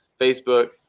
Facebook